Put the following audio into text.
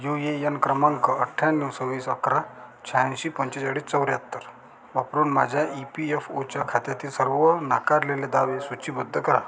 you A N क्रमांक अठ्याण्णव सव्वीस अकरा शहाऐंशी पंचेचाळीस चौऱ्याहत्तर वापरून माझ्या ई पी एफ ओच्या खात्यातील सर्व नाकारलेले दावे सूचीबद्ध करा